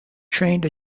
trained